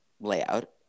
layout